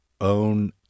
own